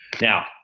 Now